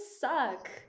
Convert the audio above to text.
suck